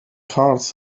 cards